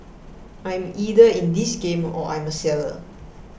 I'm either in this game or I'm a seller